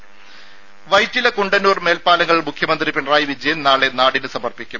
രുര വൈറ്റില കുണ്ടന്നൂർ മേൽപ്പാലങ്ങൾ മുഖ്യമന്ത്രി പിണറായി വിജയൻ നാളെ നാടിന് സമർപ്പിക്കും